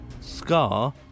scar